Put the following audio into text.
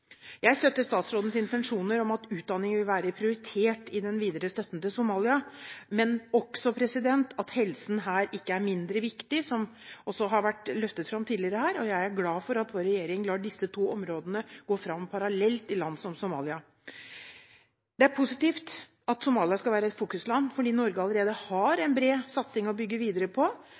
Jeg støtter statsrådens intensjoner om at utdanning vil være prioritert i den videre støtten til Somalia. Men helse er ikke mindre viktig, som også har vært løftet fram her tidligere, og jeg er glad for at vår regjering lar disse to områdene gå fram parallelt i land som Somalia. Det er positivt at Somalia skal være et fokusland, for Norge har allerede en bred satsing å bygge videre på.